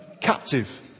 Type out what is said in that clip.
captive